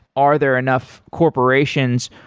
are there enough corporations?